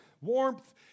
warmth